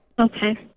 Okay